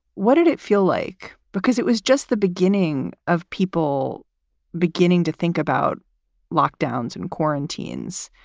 what did it feel like? because it was just the beginning of people beginning to think about lockdowns and quarantines.